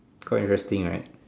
quite interesting right